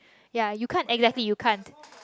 ya you can't exactly you can't